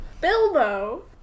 Bilbo